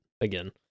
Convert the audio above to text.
again